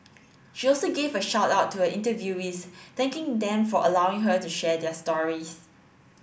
she also gave a shout out to her interviewees thanking them for allowing her to share their stories